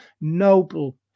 noble